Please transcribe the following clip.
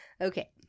Okay